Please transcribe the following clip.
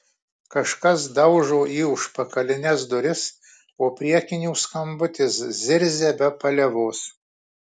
kažkas daužo į užpakalines duris o priekinių skambutis zirzia be paliovos